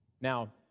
Now